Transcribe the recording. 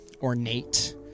ornate